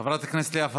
חברת הכנסת לאה פדידה,